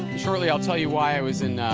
shortly i'll tell you why i was in